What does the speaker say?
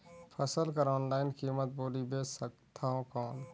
फसल कर ऑनलाइन कीमत बोली बेच सकथव कौन?